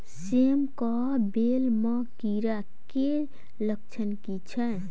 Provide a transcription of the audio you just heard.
सेम कऽ बेल म कीड़ा केँ लक्षण की छै?